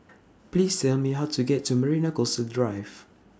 Please Tell Me How to get to Marina Coastal Drive